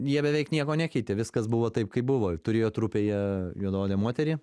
jie beveik nieko nekeitė viskas buvo taip kaip buvo turėjo trupėje juodaodę moterį